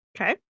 Okay